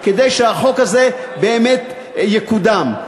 כדי שהחוק הזה באמת יקודם.